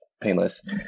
painless